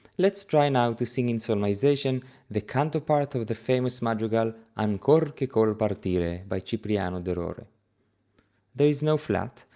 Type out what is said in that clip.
let's try now to sing in solmization the canto part of the famous madrigal ancor che col partire by cipriano de rore. there is no flat,